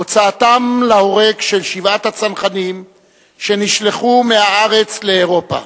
הוצאתם להורג של שבעת הצנחנים שנשלחו מהארץ לאירופה.